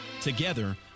Together